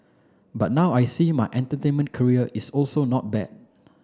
but now I see my entertainment career is also not bad